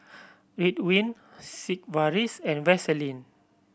Ridwind Sigvaris and Vaselin